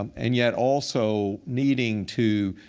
um and yet also needing to